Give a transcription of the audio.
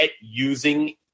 using